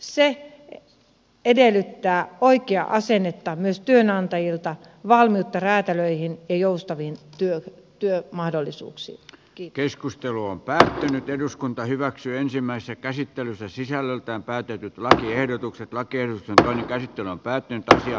se edellyttää oikeaa asennetta myös työnantajilta valmiutta räätälöinnin joustaviin työtä työ mahdollisuuksia ei keskustelu on päättynyt eduskunta hyväksyy ensimmäistä käsittelyssä sisällöltään päätetyt lakiehdotukset räätälöityihin ja joustaviin työmahdollisuuksiin